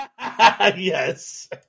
yes